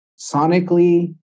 sonically